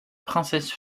princesse